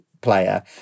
player